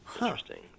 Interesting